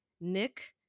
Nick